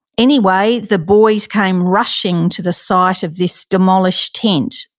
anyway, the boys came rushing to the site of this demolished tent.